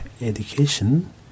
education